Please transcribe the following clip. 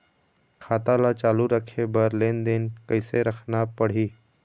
खाता ला चालू रखे बर लेनदेन कैसे रखना पड़ही?